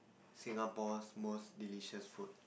Singapore's most delicious food